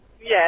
Yes